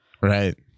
Right